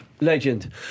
Legend